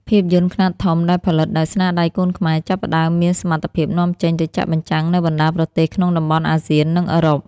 ភាពយន្តខ្នាតធំដែលផលិតដោយស្នាដៃកូនខ្មែរ ចាប់ផ្តើមមានសមត្ថភាពនាំចេញទៅចាក់បញ្ចាំងនៅបណ្តាប្រទេសក្នុងតំបន់អាស៊ាន និងអឺរ៉ុប។